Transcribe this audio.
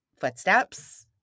footsteps